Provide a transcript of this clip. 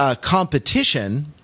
competition